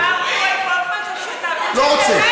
ועברנו את כל, לא רוצה.